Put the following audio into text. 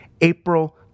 April